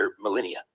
millennia